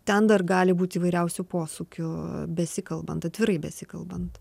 ten dar gali būti įvairiausių posūkių besikalbant atvirai besikalbant